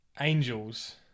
angels